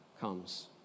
comes